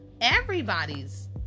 everybody's